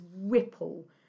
ripple